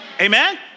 Amen